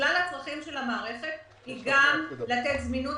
כלל הצרכים של המערכת הם גם לתת זמינות